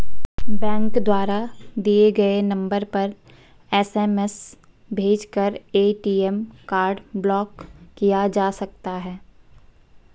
bank द्वारा दिए गए नंबर पर एस.एम.एस भेजकर ए.टी.एम कार्ड ब्लॉक किया जा सकता है